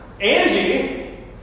Angie